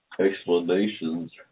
explanations